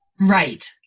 Right